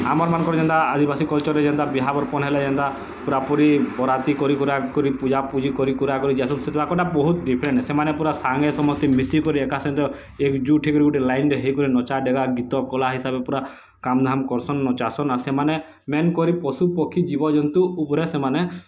ଆମର୍ ମାନଙ୍କର୍ ଯେନ୍ତା ଆଦିବାସୀ କଲଚର୍ରେ ଯେନ୍ତା ବିହା ବରପନ୍ ହେଲେ ଯେନ୍ତା ପୁରାପୁରି ବରାତି କରି କୁରା କିରି ପୂଜା ପୁଜି କରି କୁରା କିରି ଯାସୁ ସେ ତାକ ଟା ବହୁତ୍ ଡ଼ିଫରେଣ୍ଟ୍ ହେ ସେମାନେ ପୁରା ସାଙ୍ଗେ ସମସ୍ତେ ମିଶିକରି ଏକା ସହିତ ଏକଜୁଟ୍ ହୋଇକରି ଗୁଟେ ଲାଇନ୍ରେ ହୋଇକରି ନଚା ଡ଼େଗା ଗୀତ କଲା ହିସାବେ ପୁରା କାମ୍ଧାମ୍ କରସନ୍ ନଚାସନ୍ ଆର୍ ସେମାନେ ମେନ୍ କରି ପଶୁ ପକ୍ଷୀ ଜୀବଜନ୍ତୁ ଉପରେ ସେମାନେ